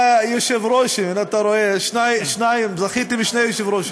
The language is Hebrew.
היושב-ראשים, שניים, זכיתי בשני יושבי-ראש.